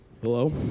hello